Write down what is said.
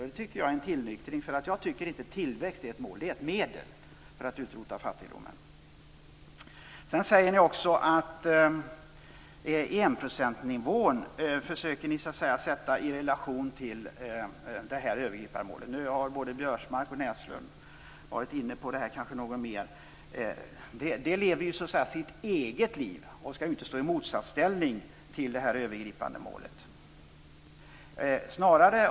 Det tycker jag är en tillnyktring. Jag tycker inte att tillväxt är ett mål. Det är ett medel för att utrota fattigdom. Så försöker ni sätta enprocentsnivån i relation till det övergripande målet. Nu har både Biörsmark och Näslund varit inne på det, och kanske någon mer. Det lever ju så att säga sitt eget liv. Det skall inte stå i motsatsställning till det övergripande målet.